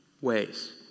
ways